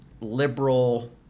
liberal